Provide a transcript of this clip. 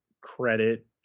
credit